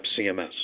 CMS